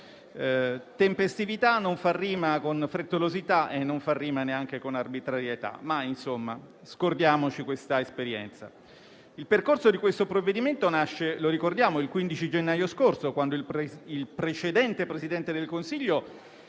Tempestività non fa rima con frettolosità e nemmeno con arbitrarietà, ma scordiamoci questa esperienza. Il percorso del provvedimento nasce il 15 gennaio scorso, quando il precedente Presidente del Consiglio